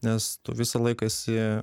nes tu visąlaik esi